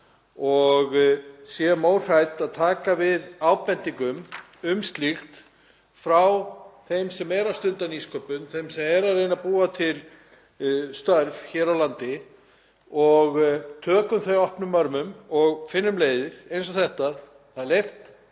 og séum óhrædd við að taka við ábendingum um slíkt frá þeim sem eru að stunda nýsköpun, frá þeim sem eru að reyna að búa til störf hér á landi, að við tökum þeim opnum örmum og finnum leiðir eins og þessa; það er leyft